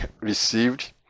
received